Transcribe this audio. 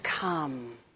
come